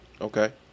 Okay